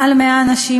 מעל 100 אנשים,